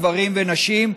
גברים ונשים,